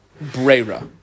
Brera